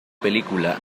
película